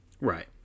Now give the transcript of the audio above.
Right